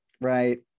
Right